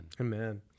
Amen